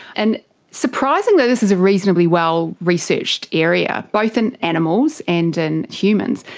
and surprisingly this is a reasonably well researched area, both in animals and in humans.